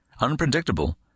unpredictable